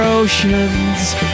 oceans